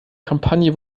kampagne